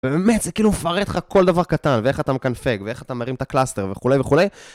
ובאמת, זה כאילו מפרט לך כל דבר קטן, ואיך אתה מקנפק, ואיך אתה מרים את הקלאסטר וכולי וכולי